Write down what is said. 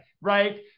right